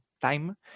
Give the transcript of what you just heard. time